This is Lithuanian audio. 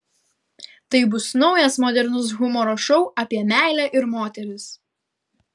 tai bus naujas modernus humoro šou apie meilę ir moteris